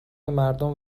مردم